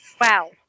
Wow